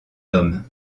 homme